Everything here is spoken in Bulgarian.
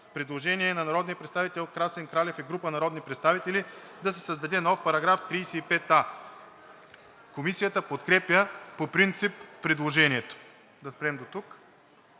Предложение на народния представител Красен Кралев и група народни представители: „Да се създаде нов § 35а:“ Комисията подкрепя по принцип предложението. ПРЕДСЕДАТЕЛ